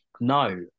No